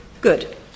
Good